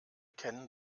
kennen